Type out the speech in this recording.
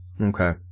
Okay